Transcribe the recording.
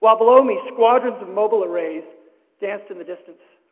while below me, squadrons of mobula rays danced in the distance.